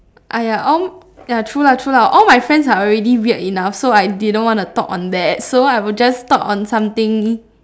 !aiya! all ya true lah true lah all my friends are already weird enough so I didn't want to talk on that so I'll just talk on something